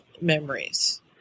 memories